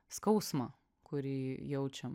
skausmą kurį jaučiam